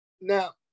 Now